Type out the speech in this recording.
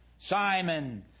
Simon